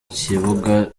kibuga